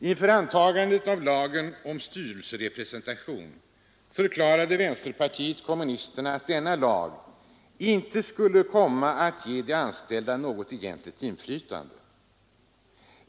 Inför antagandet av lagen om styrelserepresentation för de anställda förklarade vänsterpartiet kommunisterna att denna lag inte skulle komma att ge de anställda något egentligt inflytande.